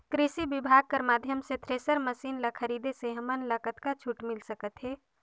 कृषि विभाग कर माध्यम से थरेसर मशीन ला खरीदे से हमन ला कतका छूट मिल सकत हे?